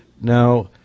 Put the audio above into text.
Now